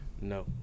No